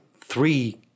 three